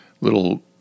little